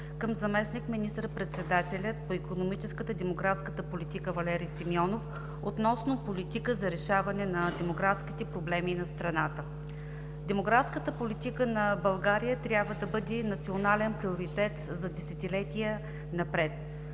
към заместник министър-председателя по икономическата и демографската политика Валери Симеонов, относно политика за решаване на демографските проблеми на страната. Демографската политика на България трябва да бъде национален приоритет за десетилетия напред.